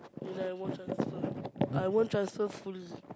then I won't transfer I won't transfer full